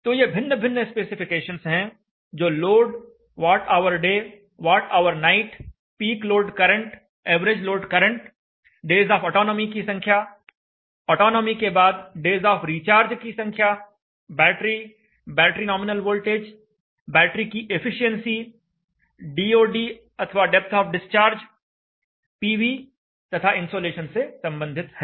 तो ये भिन्न भिन्न स्पेसिफिकेशंस हैं जो load watt hour day watt hour night peak load current average load current days of autonomy की संख्या ऑटोनॉमी के बाद डेज ऑफ रिचार्ज की संख्या battery battery nominal voltage battery की एफिशिएंसी डीओडी अथवा डेप्थ ऑफ़ डिस्चार्ज पीवी तथा insolation से संबंधित हैं